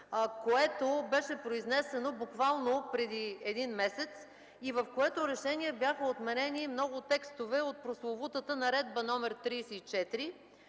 което беше произнесено буквално преди един месец и в което решение бяха отменени много текстове от прословутата Наредба № 34,